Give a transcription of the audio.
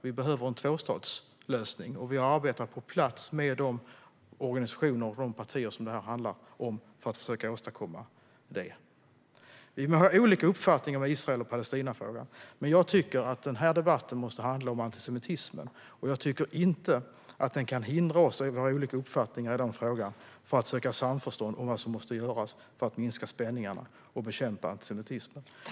Det behövs en tvåstatslösning, och vi har arbetat på plats med de organisationer och de partier som det handlar om för att försöka att åstadkomma en sådan lösning. Vi må ha olika uppfattningar om Israel och Palestinafrågan, men jag tycker att den här debatten måste handla om antisemitismen. Den kan inte hindra oss att ha olika uppfattningar i den fråga för att söka samförstånd om vad som måste göras för att minska spänningarna och bekämpa antisemitismen.